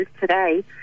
today